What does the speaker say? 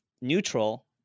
neutral